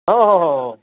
ઓહોહો